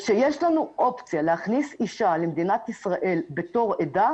כשיש לנו אופציה להכניס אישה למדינת ישראל בתור עדה,